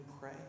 pray